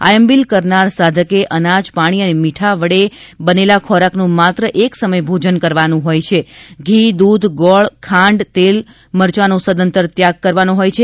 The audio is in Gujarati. આયંબિલ કરનાર સાધકે અનાજપાણી અને મીઠા વડે બનેલા ખોરાકનું માત્ર એક સમય ભોજન કરવાનું હોય છે અને ઘી દૂધ ગોળ ખાંડતેલ મરચાંનો સદંતર ત્યાગ કરવાનો હોય છે